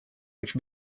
which